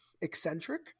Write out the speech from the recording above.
eccentric